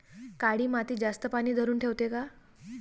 काळी माती जास्त पानी धरुन ठेवते का?